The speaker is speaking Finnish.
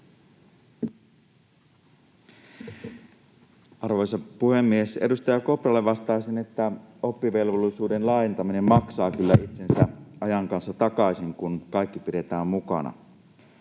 Arvoisa puhemies! Edustaja Kopralle vastaisin, että oppivelvollisuuden laajentaminen maksaa kyllä itsensä ajan kanssa takaisin, kun kaikki pidetään mukana.